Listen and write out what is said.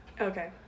Okay